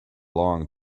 long